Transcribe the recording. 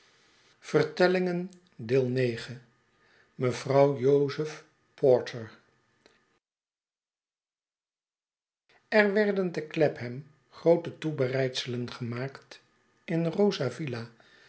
mevrouw jozef porter er werden te clapham groote toebereidselen gemaakt in roza